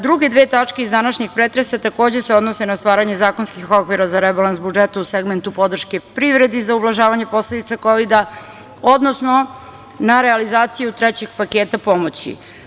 Druge dve tačke iz današnjeg pretresa takođe se odnose na stvaranje zakonskih okvira za rebalans budžeta u segmentu podrške privredi za ublažavanje posledica Kovida, odnosno na realizaciju trećeg paketa pomoći.